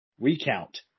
recount